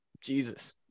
jesus